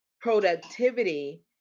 productivity